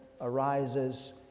arises